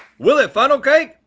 will it funnel cake?